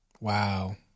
Wow